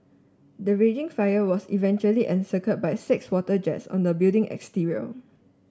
the raging fire was eventually encircled by six water jets on the building exterior